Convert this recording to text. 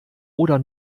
oder